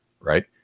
right